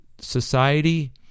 society